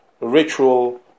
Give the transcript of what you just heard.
ritual